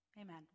Amen